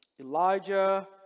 Elijah